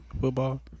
football